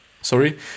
sorry